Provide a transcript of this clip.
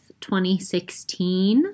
2016